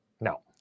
No